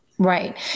Right